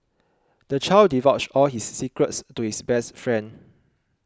the child divulged all his secrets to his best friend